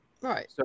Right